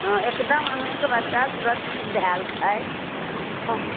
हँ एकदम अहाँके बच्चा सुरक्षित धएल छथि हँ